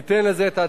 ניתן על זה את הדעת,